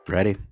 Ready